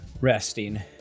resting